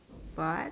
but